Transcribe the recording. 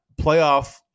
playoff